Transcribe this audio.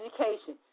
education